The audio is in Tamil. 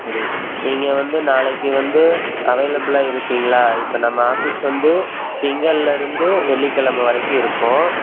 சரி நீங்கள் வந்து நாளைக்கு வந்து அவைலபிளாக இருப்பீங்களா இப்போ நம்ம ஆஃபீஸ் வந்து திங்கள்லேருந்து வெள்ளிக்கெழமை வரைக்கும் இருக்கும்